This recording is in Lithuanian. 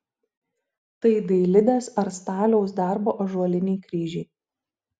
tai dailidės ar staliaus darbo ąžuoliniai kryžiai